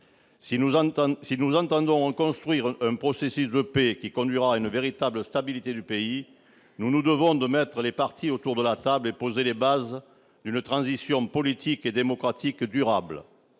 Si nous entendons construire un processus de paix qui conduise à une véritable stabilité du pays, nous nous devons de réunir les parties autour de la table et de poser les bases d'une transition politique et démocratique durable.